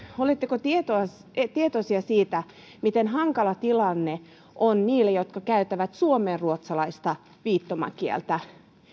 oletteko tietoisia siitä miten hankala tilanne on niillä jotka käyttävät suomenruotsalaista viittomakieltä